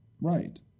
Right